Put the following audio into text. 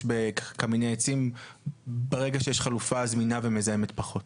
בקמיני עצים ברגע שיש חלופה זמינה ומזהמת פחות?